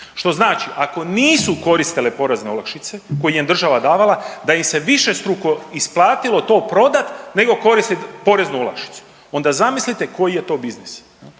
što znači ako nisu koristile porezne olakšice koje im je država davala, da im se višestruko isplatilo to prodati nego koristiti poreznu olakšicu, onda zamislite koji je to biznis.